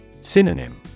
Synonym